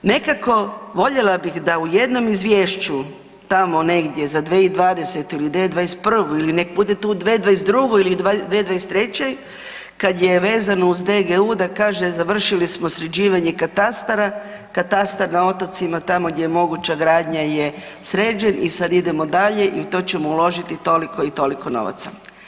Nekako voljela bih da u jednom izvješću, tamo negdje za 2020. ili 2021. il nek bude to u 2022. ili 2023. kad je vezano uz DGU da kaže završili smo sređivanje katastara, katastar na otocima tamo gdje je moguća gradnja je sređen i sad idemo dalje i u to ćemo uložiti toliko i toliko novaca.